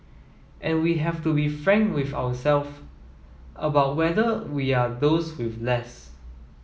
and we have to be frank with our self about whether we are those with less